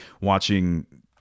watching